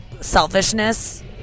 selfishness